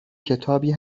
کتابی